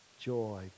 joy